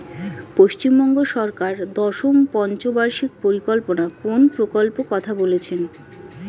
পশ্চিমবঙ্গ সরকার দশম পঞ্চ বার্ষিক পরিকল্পনা কোন প্রকল্প কথা বলেছেন?